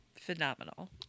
phenomenal